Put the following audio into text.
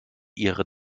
ihre